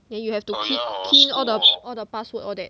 then you have to key key in all the all the password all that